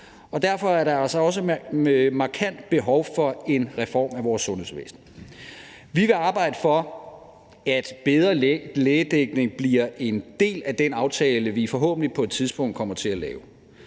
Derfor er der også et markant behov for en reform af vores sundhedsvæsen. Vi vil arbejde for, at bedre lægedækning bliver en del af den aftale, vi forhåbentlig på et tidspunkt kommer til at lave.